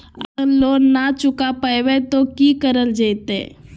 अगर लोन न चुका पैबे तो की करल जयते?